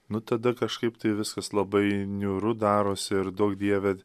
nu tada kažkaip tai viskas labai niūru darosi ir duok dieve